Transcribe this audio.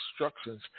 instructions